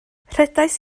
rhedais